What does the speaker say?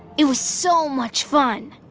it was so much fun.